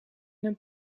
een